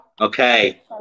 Okay